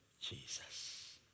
Jesus